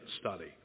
study